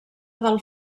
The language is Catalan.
del